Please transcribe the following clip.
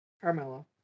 Carmelo